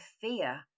fear